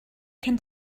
can